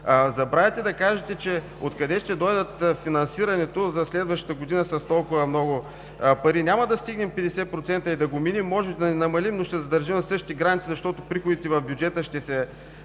Забравяте да кажете откъде ще дойде финансирането за следващата година с толкова много пари. Няма да стигнем 50% и да го минем. Може да не намалим, но ще задържим на същите граници, защото приходите в бюджета ще се